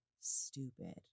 stupid